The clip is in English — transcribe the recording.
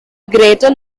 greater